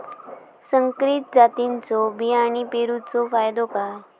संकरित जातींच्यो बियाणी पेरूचो फायदो काय?